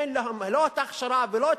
אין להם לא ההכשרה ולא הניסיון.